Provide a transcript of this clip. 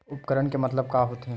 उपकरण के मतलब का होथे?